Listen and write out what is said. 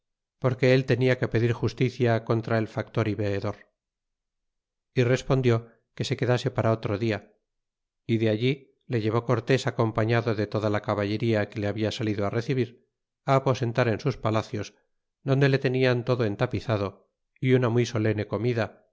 porque él tenia que pedir justicia contra el factor y veedor y respondió que se quedase para otro dia y de allí le llevó cortés acompañado de toda la caballería que le habla salido recebir aposentar en sus palacios donde le tenian todo entapizado y una muy solene comida